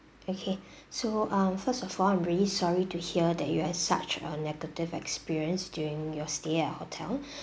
okay so um first of all I'm really sorry to hear that you had such a negative experience during your stay at our hotel